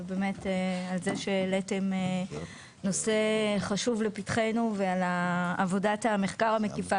על כך שהעליתם נושא חשוב לפתחנו ועל עבודת המחקר המקיפה